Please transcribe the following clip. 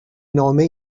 نامه